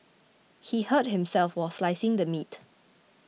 he hurt himself while slicing the meat